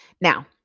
Now